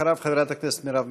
אחריו, חברת הכנסת מרב מיכאלי,